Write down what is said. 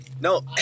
No